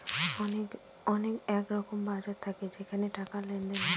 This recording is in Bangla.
অনেক এরকম বাজার থাকে যেখানে টাকার লেনদেন হয়